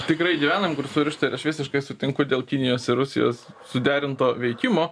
tikrai gyvenam kur surišta ir aš visiškai sutinku dėl kinijos ir rusijos suderinto veikimo